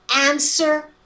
answer